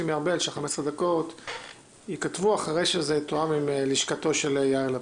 מארבל שה-15 דקות ייכתבו אחרי שזה תואם עם לשכתו של יאיר לפיד.